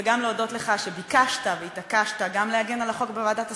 וגם להודות לך על שביקשת והתעקשת גם להגן על החוק בוועדת השרים,